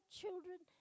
children